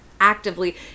actively